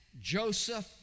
Joseph